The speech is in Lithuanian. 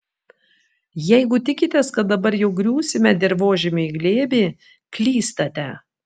jeigu tikitės kad dabar jau griūsime dirvožemiui į glėbį klystate